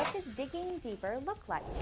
digging deeper look like?